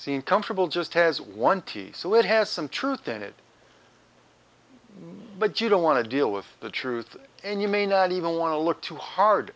seem comfortable just has one t so it has some truth in it but you don't want to deal with the truth and you may not even want to look too hard